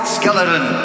skeleton